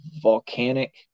volcanic